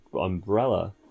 umbrella